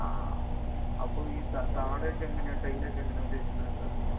ആ ആ ആ അപ്പോൾ ഈ താഴെയൊക്കെ എങ്ങനെ ടൈലൊക്കെ എങ്ങനെയാണ് ഉദ്ദേശിക്കുന്നത് സാർ